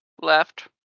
left